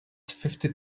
fifty